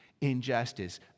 injustice